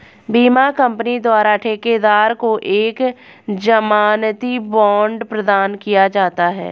बीमा कंपनी द्वारा ठेकेदार को एक जमानती बांड प्रदान किया जाता है